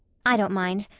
i don't mind.